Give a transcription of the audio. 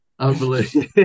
Unbelievable